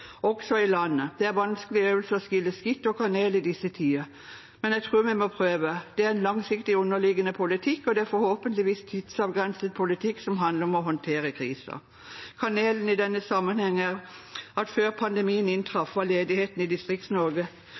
i landet. Det er en vanskelig øvelse å skille skitt og kanel i disse tider, men jeg tror vi må prøve. Det er en langsiktig underliggende politikk, og det er forhåpentligvis en tidsavgrenset politikk som handler om å håndtere krisen. Kanelen i denne sammenhengen er at før pandemien inntraff, var ledigheten i